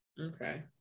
Okay